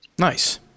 Nice